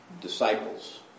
disciples